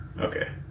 okay